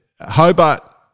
Hobart